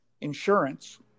insurance